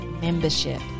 membership